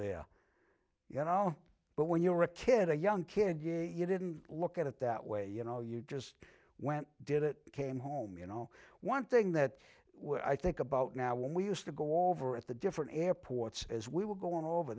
there you know but when you're a kid a young kid you you didn't look at it that way you know you just went did it came home you know one thing that i think about now when we used to go over at the different airports as we were going over